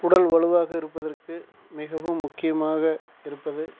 உடல் வலுவாக இருப்பதற்கு மிகவும் முக்கியமாக இருப்பது